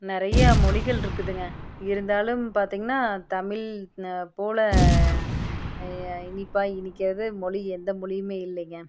நிறைய மொழிகளிருக்குதுங்க இருந்தாலும் பார்த்தீங்கன்னா தமிழ் போல் இனிப்பாக இனிக்காது மொழி எந்த மொழியுமே இல்லைங்க